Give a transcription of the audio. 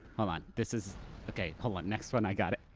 hold on, this is okay, hold on. next one, i got it.